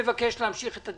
למה אי אפשר לתת להם להיכנס?